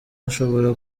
ashobora